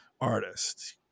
artist